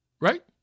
Right